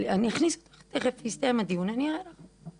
אותך, תכף כשיסתיים הדיון אני אראה לך.